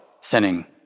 sinning